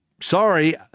Sorry